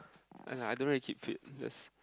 and I don't know keep fit this